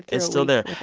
it's still there.